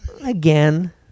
again